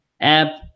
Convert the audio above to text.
app